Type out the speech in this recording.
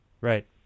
Right